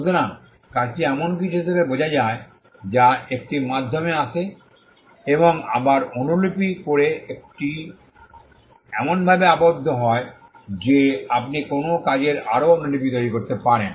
সুতরাং কাজটি এমন কিছু হিসাবে বোঝা যায় যা একটি মাধ্যম আসে এবং আবার অনুলিপি করে এটি এমনভাবে আবদ্ধ হয় যে আপনি কোনও কাজের আরও অনুলিপি তৈরি করতে পারেন